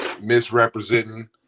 misrepresenting